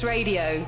Radio